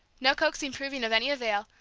no coaxing proving of any avail,